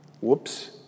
Whoops